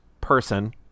person